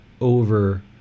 over